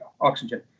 oxygen